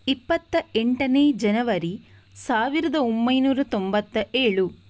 ಇಪ್ಪತ್ತ ಎಂಟನೇ ಜನವರಿ ಸಾವಿರದ ಒಂಬೈನೂರ ತೊಂಬತ್ತ ಏಳು